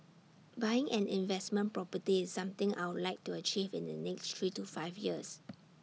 buying an investment property is something I'll like to achieve in the next three to five years